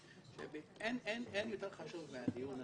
אין יותר חשוב מהדיון הזה.